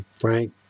frank